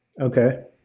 Okay